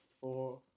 four